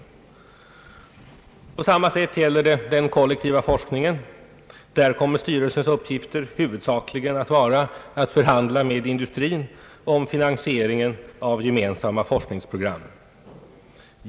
Detta gäller även i fråga om den kollektiva forskningen. Där kommer styrelsens uppgifter huvudsakligen att innebära förhandlingar med industrin om finansieringen av gemensamma <forskningsprogram.